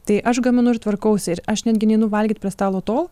tai aš gaminu ir tvarkausi ir aš netgi neinu valgyt prie stalo tol